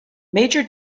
major